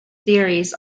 theories